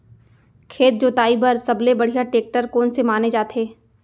खेत जोताई बर सबले बढ़िया टेकटर कोन से माने जाथे?